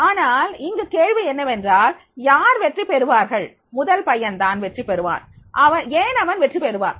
ஆனால் இங்கு கேள்வி என்னவென்றால் யார் வெற்றி பெறுவார்கள் முதல் பையன் தான் வெற்றி பெறுவான் ஏன் அவன் வெற்றி பெறுவான்